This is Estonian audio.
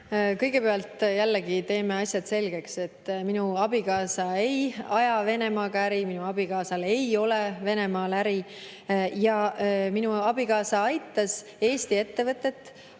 Kõigepealt teeme jällegi asjad selgeks. Minu abikaasa ei aja Venemaaga äri, minu abikaasal ei ole Venemaal äri. Minu abikaasa aitas Eesti ettevõtet.